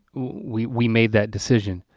we we made that decision.